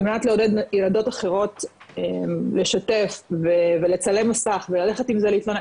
על מנת ילדות אחרות לשתף ולצלם מסך וללכת עם זה להתלונן.